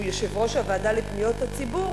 שהוא יושב-ראש הוועדה לפניות הציבור,